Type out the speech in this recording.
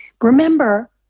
Remember